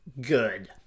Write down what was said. good